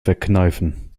verkneifen